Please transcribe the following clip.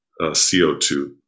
CO2